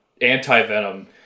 anti-venom